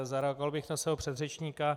Zareagoval bych na svého předřečníka.